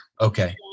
Okay